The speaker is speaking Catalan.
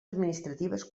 administratives